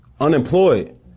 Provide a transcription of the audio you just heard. unemployed